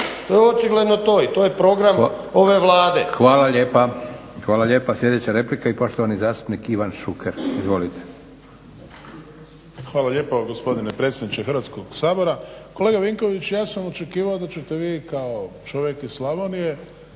To je očigledno to i to je program ove Vlade. **Leko, Josip (SDP)** Hvala lijepa. Sljedeća replika i poštovani zastupnik Ivan Šuker. Izvolite. **Šuker, Ivan (HDZ)** Hvala lijepo gospodine predsjedniče Hrvatskog sabora. Kolega Vinković, ja sam očekivao da ćete vi kao čovjek iz Slavonije